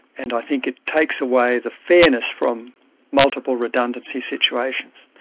and i think it takes away the fairness from multiple redundancy situations.